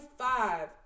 five